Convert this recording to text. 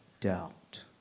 doubt